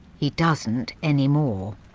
he doesn't anymore.